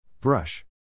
Brush